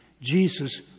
Jesus